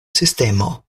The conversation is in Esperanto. sistemo